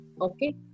Okay